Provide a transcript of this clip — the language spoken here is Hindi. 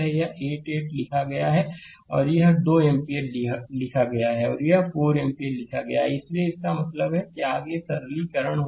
यह 8 8 लिखा गया है और यह 2 एम्पीयर लिखा गया है और यह 4 एम्पीयर लिखा गया है इसलिए इसका मतलब है कि आगे सरलीकरण होगा